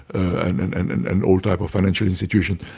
and and and and all type of financial institutions,